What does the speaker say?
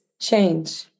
change